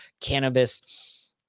cannabis